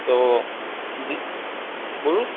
তো দি বলুন